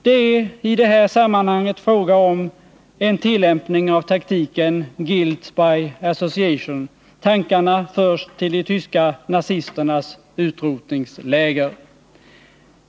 Det är i det här sammanhanget fråga om en tillämpning av taktiken ”guilt by association” — tankarna förs till de tyska nazisternas utrotningsläger.